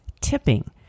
tipping